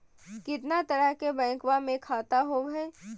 कितना तरह के बैंकवा में खाता होव हई?